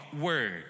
word